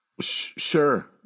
Sure